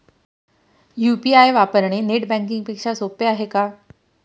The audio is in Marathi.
यु.पी.आय वापरणे नेट बँकिंग पेक्षा सोपे आहे का?